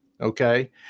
Okay